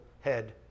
head